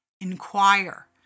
inquire